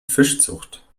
fischzucht